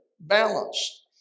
balanced